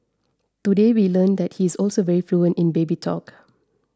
today we learned that he is also very fluent in baby talk